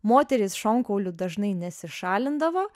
moterys šonkaulių dažnai nesišalindavo